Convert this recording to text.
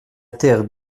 terre